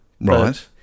right